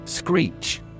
Screech